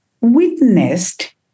witnessed